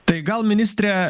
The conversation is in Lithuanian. tai gal ministre